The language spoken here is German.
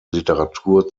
literatur